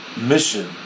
mission